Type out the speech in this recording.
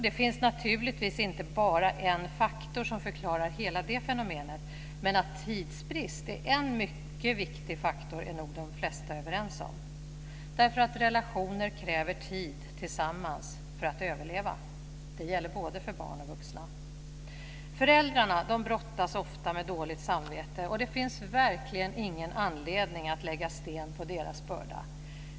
Det finns naturligtvis inte bara en faktor som förklarar hela det fenomenet, men att tidsbrist är en mycket viktig faktor är nog de flesta överens om därför att relationer kräver tid tillsammans för att överleva. Det gäller både för barn och för vuxna. Föräldrarna brottas ofta med dåligt samvete, och det finns verkligen ingen anledning att lägga sten på deras börda.